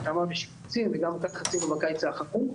התאמה ושיפוצים וגם כך עשינו בקיץ האחרון.